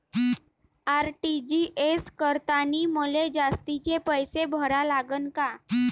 RTGS करतांनी मले जास्तीचे पैसे भरा लागन का?